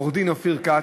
עורך-דין אופיר כץ,